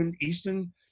Eastern